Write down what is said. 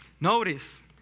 Notice